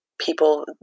people